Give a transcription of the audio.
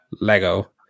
Lego